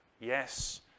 yes